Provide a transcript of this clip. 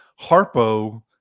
Harpo